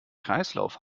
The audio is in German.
kreislauf